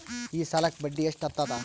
ಈ ಸಾಲಕ್ಕ ಬಡ್ಡಿ ಎಷ್ಟ ಹತ್ತದ?